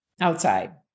outside